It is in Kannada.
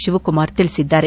ಶಿವಕುಮಾರ್ ತಿಳಿಸಿದ್ದಾರೆ